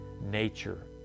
nature